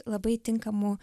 labai tinkamu